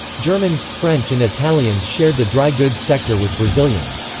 germans, french and italians shared the dry goods sector with brazilians.